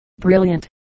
brilliant